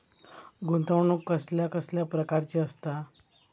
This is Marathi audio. गुंतवणूक कसल्या कसल्या प्रकाराची असता?